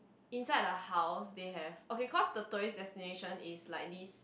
inside the house they have okay cause the tourist destination is like this